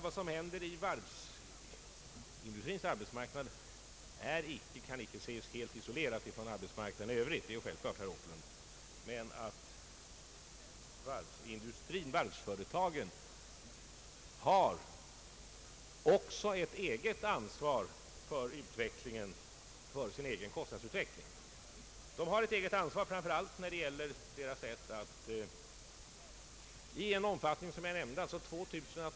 Vad som händer inom varvsindustrins arbetsmarknad kan inte ses helt isolerat från arbetsmarknaden i övrigt, det är självklart, herr Åkerlund. Men varvsföretagen har också ett eget ansvar för sin kostnadsutveckling. De har ett eget ansvar, speciellt vad beträffar deras sätt att anställa cirka 2 700 man som lånearbetare.